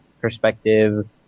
perspective